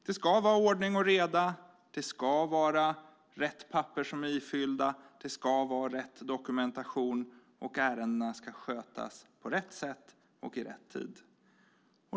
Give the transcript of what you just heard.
Det ska vara ordning och reda, det ska vara rätt papper som är ifyllda, det ska vara rätt dokumentation, och ärendena ska skötas på rätt sätt och i rätt tid.